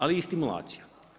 Ali i stimulacija.